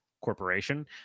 corporation